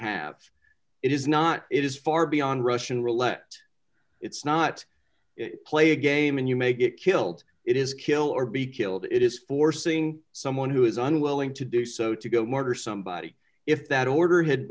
have it is not it is far beyond russian roulette it's not play a game and you may get killed it is kill or be killed it is forcing someone who is unwilling to do so to go murder somebody if that order had